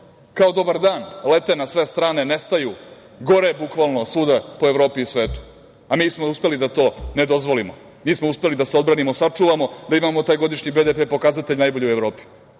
kao „dobar dan“ lete, na sve strane nestaju, gore bukvalno svuda po Evropi i svetu, a mi smo uspeli da to ne dozvolimo? Mi smo uspeli da se odbranimo, sačuvamo, da imamo taj godišnji BDP pokazatelj najbolji u Evropi,